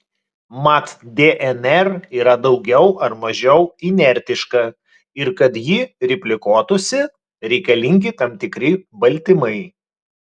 mat dnr yra daugiau ar mažiau inertiška ir kad ji replikuotųsi reikalingi tam tikri baltymai